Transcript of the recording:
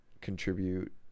contribute